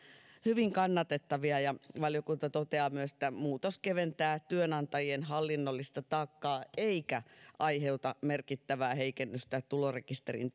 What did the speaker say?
hyvin kannatettavia valiokunta toteaa myös että muutos keventää työnantajien hallinnollista taakkaa eikä aiheuta merkittävää heikennystä tulorekisterin